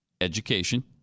education